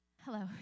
Hello